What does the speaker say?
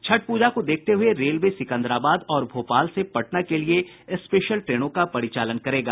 छठ पूजा को देखते हुये रेलवे सिकंदराबाद और भोपाल से पटना के लिए स्पेशल ट्रेनों का परिचालन करेगा